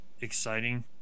exciting